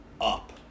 up